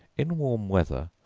in warm weather,